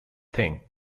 thing